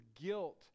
guilt